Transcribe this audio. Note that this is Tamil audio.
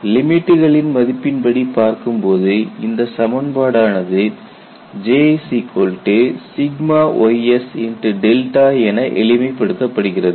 லிமிட்டுகளின் மதிப்பின் படி பார்க்கும்போது இந்த சமன்பாடு ஆனது Jys என எளிமை படுத்தப்படுகிறது